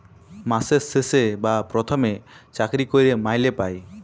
মাসের শেষে বা পথমে চাকরি ক্যইরে মাইলে পায়